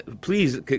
please